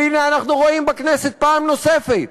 והנה, אנחנו רואים בכנסת פעם נוספת